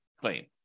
claim